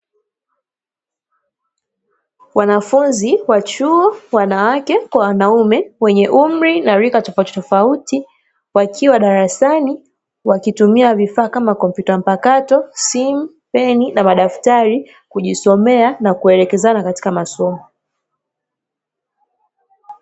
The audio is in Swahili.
Wanafunzi wa chuo wanawake na wanaume wenye umri na rika tofautitofauti, wakiwa darasani wakitumia vifaa kama; kompyuta mpakato, simu, peni na daftrai kujisomea na kulekezana katika masomo.